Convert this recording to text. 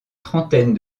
trentaine